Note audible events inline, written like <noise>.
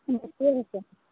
<unintelligible>